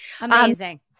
Amazing